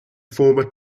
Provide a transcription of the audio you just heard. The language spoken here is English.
former